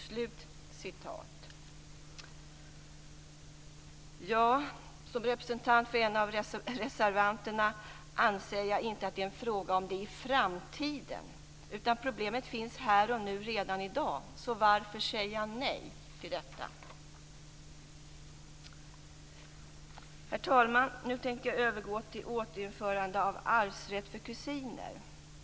Som representant för reservanterna anser jag att det inte är fråga om "i framtiden". Problemet finns här och nu redan i dag, så varför säga nej till detta? Herr talman! Jag tänker nu övergå till återinförande av arvsrätt för kusiner.